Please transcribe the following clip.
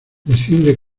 desciende